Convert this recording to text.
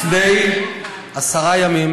לפני עשרה ימים